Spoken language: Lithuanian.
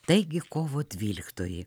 taigi kovo dvyliktoji